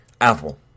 Apple